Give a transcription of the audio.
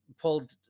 pulled